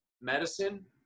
medicine